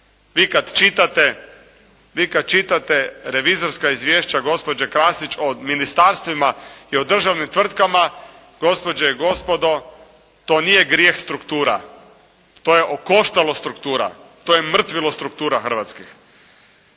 Vi kad čitate revizorska izvješća gospođe Krasić o ministarstvima i o državnim tvrtkama gospođe i gospodo to nije grijeh struktura, to je okoštalo struktura, to je mrtvilo struktura Hrvatske.